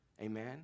Amen